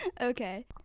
Okay